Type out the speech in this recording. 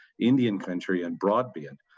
indian country, and broadband,